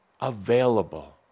available